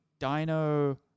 Dino